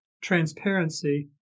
transparency